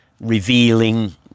revealing